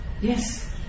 Yes